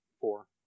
Four